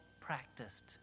practiced